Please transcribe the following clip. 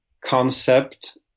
concept